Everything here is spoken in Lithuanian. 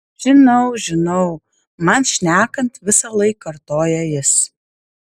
žinau žinau man šnekant visąlaik kartoja jis